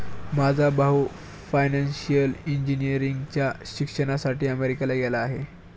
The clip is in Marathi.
माझा भाऊ फायनान्शियल इंजिनिअरिंगच्या शिक्षणासाठी अमेरिकेला गेला आहे